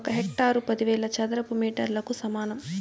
ఒక హెక్టారు పదివేల చదరపు మీటర్లకు సమానం